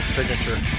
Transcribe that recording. signature